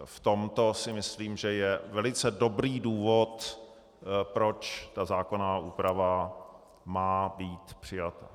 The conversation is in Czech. V tomto si myslím, že je velice dobrý důvod, proč zákonná úprava má být přijata.